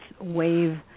wave